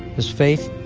his faith,